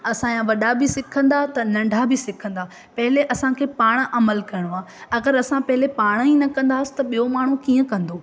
असांजा वॾा बि सिखंदा त नंढा बि सिखंदा पहिले असांखे पाण अमल करिणो आहे अगरि असां पहिले पाण ई न कंदासीं त ॿियो माण्हू कीअं कंदो